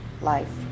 life